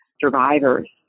survivors